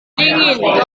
dingin